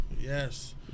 yes